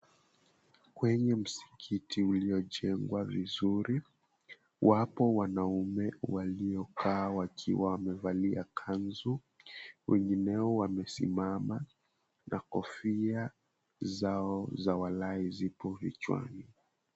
Kwenye msikiti uliojengwa vizuri, wapo wanaume walio kaa wakiwa wamevalia kanzu, wengineo wamesimama na kofia zao za walai zipo kichwani.